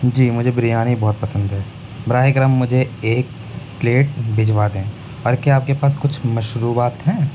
جی مجھے بریانی بہت پسند ہے براہ کرم مجھے ایک پلیٹ بھجوا دیں اور کیا آپ کے پاس کچھ مشروبات ہیں